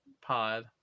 Pod